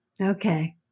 okay